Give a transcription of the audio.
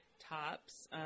tops